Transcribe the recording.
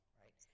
right